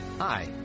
Hi